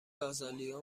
آزالیا